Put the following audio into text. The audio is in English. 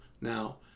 now